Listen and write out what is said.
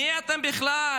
מי אתם בכלל,